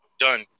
done